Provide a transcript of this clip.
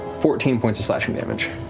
fourteen points of slashing damage.